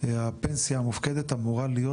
הפנסיה המופקדת אמורה להיות,